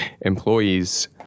Employees